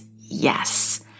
yes